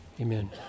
Amen